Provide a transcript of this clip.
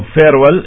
farewell